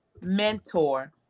mentor